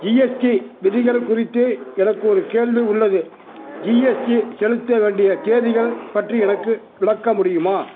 GST விதிகள் குறித்து எனக்கு ஒரு கேள்வி உள்ளது ஜிஎஸ்டி செலுத்த வேண்டிய தேதிகள் பற்றி எனக்கு விளக்க முடியுமா